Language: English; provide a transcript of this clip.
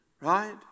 Right